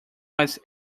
was